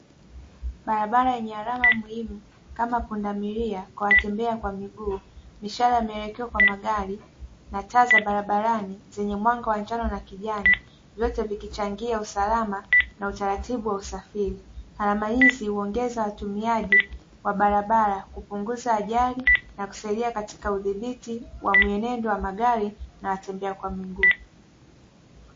Barabara yenye alama muhimu kama pundamilia kwa watembea kwa miguu, mishale ya mielekeo kwa magari, na taa za barabarani zenye mwanga wa njano na kijani, vyote vikichangia usalama na utaratibu wa usafiri. Alama hizi huongeza watumiaji wa barabara kupunguza ajali na kusaidia katika udhibiti wa mien endo ya magari na watembea kwa miguu.